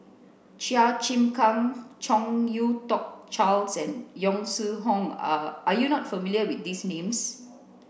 Chua Chim Kang Chong You dook Charles and Yong Shu Hoong are are you not familiar with these names